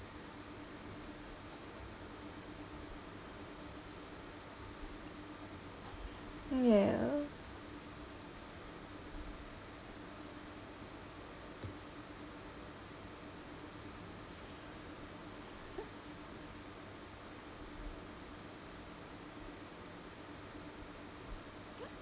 ya